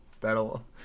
that'll